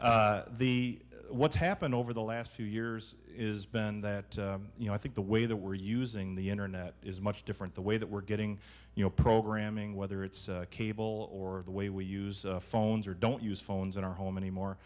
so the what's happened over the last few years is been that you know i think the way that we're using the internet is much different the way that we're getting you know programming whether it's cable or the way we use phones or don't use phones in our home anymore